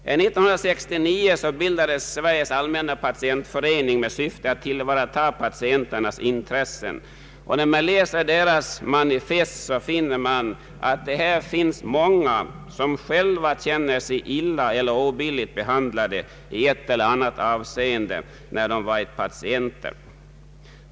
1969 bildades Sveriges allmänna patientförening med syfte att tillvarata patienternas intressen. När man läser dess manifest konstaterar man att det finns många som känner sig illa eller obilligt behandlade i ett eller annat avseende när de varit patienter.